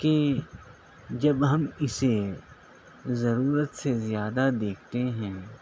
کہ جب ہم اِسے ضرورت سے زیادہ دیکھتے ہیں